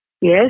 Yes